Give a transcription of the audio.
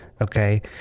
okay